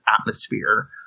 atmosphere